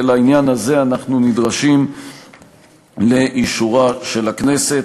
ולעניין הזה אנחנו נדרשים לאישורה של הכנסת.